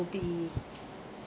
will be